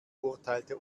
urteilte